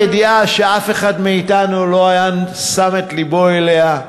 ידיעה שאף אחד מאתנו לא היה שם את לבו אליה,